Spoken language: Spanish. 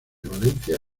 valencia